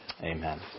Amen